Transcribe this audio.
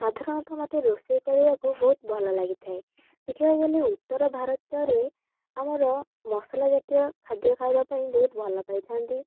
ସଧାରଣତଃ ମୋତେ ରୋଷେଇ କରିବାକୁ ବହୁତ ଭଲ ଲାଗିଥାଏ ଦେଖିବାକୁ ଗଲେ ଉତ୍ତର ଭାରତରେ ଆମର ମସଲା ଜାତୀୟ ଖାଦ୍ୟ ଖାଇବା ପାଇଁ ବହୁତ ଭଲ ପାଇଥାନ୍ତି